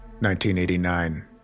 1989